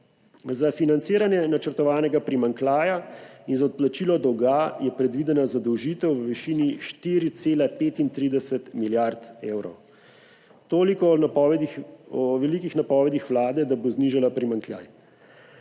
Za financiranje načrtovanega primanjkljaja in za odplačilo dolga je predvidena zadolžitev v višini 4,35 milijarde evrov. Toliko o velikih napovedih vlade, da bo znižala primanjkljaj.